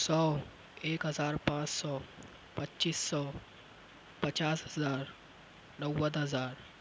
سو ایک ہزار پانچ سو پچیس سو پچاس ہزار نوت ہزار